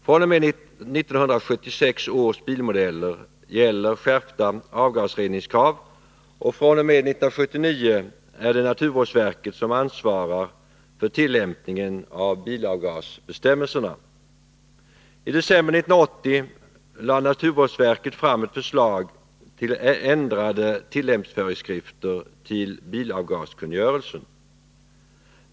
fr.o.m. 1976-års bilmodeller gäller skärpta avgasreningskrav, och fr.o.m. 1979 är det naturvårdsverket som ansvarar för tillämpningen av bilavgasbestämmelserna. I december 1980 lade naturvårdsverket fram ett förslag till ändrade tillämpningsföreskrifter till bilavgaskungörelsen.